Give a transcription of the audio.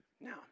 Now